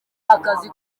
akazi